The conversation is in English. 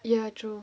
ya true